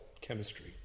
chemistry